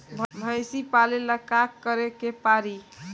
भइसी पालेला का करे के पारी?